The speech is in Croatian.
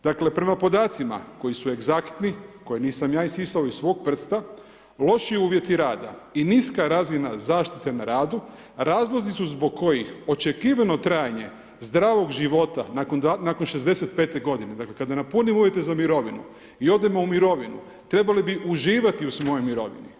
Dakle, prema podaci koji su egzaktni, koje nisam ja isisao iz svog prsta, loši uvjeti rada i niska razina zaštite na radu, razlozi su zbog kojih očekivano trajanje zdravog života nakon 65 g. dakle, kada napunimo uvjete za mirovinu i odemo u mirovinu, trebali bi uživati u svojoj mirovini.